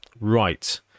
Right